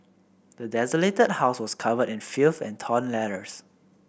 the desolated house was covered in filth and torn letters